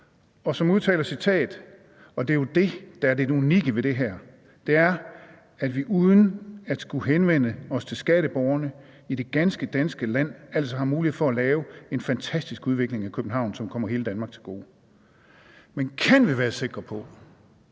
og som udtaler: »Og det er jo det, der er det unikke ved det her, det er, at vi, uden at vi skal henvende os til skatteborgerne i det ganske danske land, altså har en mulighed for at lave en fantastisk udvikling af København, som kommer hele Danmark til gode.« Men kan vi være sikre på,